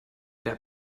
wer